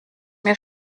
mir